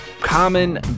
common